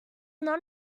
not